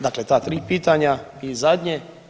Dakle, ta tri pitanja i zadnje.